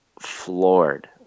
floored